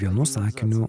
vienu sakiniu